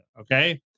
Okay